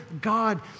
God